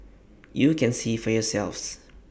you can see for yourselves